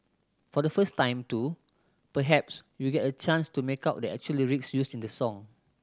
for the first time too perhaps you'll get a chance to make out the actual lyrics used in the song